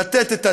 לתת את הדעת,